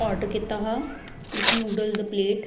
order कीता हा इक नुडेल दी प्लेट